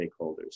stakeholders